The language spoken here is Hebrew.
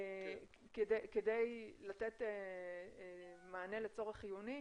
כדי לתת מענה לצורך חיוני.